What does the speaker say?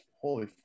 Holy